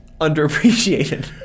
underappreciated